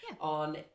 on